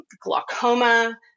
glaucoma